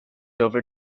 over